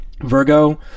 virgo